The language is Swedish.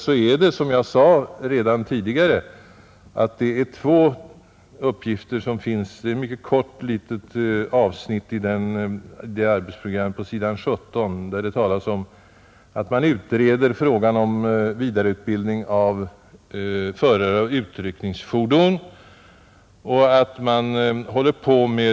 På s. 17 talas det i ett mycket kort avsnitt om att man utreder frågan om vidareutbildning av förare av utryckningsfordon.